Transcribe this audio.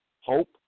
Hope